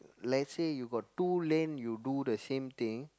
let's say you got two lane you do the same thing